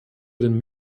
den